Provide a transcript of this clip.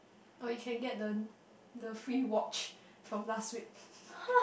oh you can get the the free watch from last week